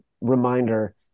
reminder